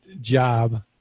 job